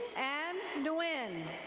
ann dawen.